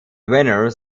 winners